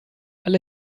alle